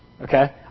Okay